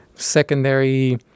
secondary